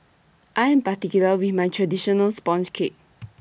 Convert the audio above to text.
I Am particular with My Traditional Sponge Cake